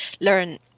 learn